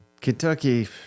Kentucky